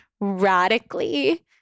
radically